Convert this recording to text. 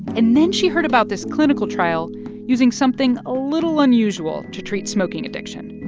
and then, she heard about this clinical trial using something a little unusual to treat smoking addiction.